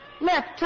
Left